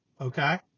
Okay